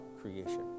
creation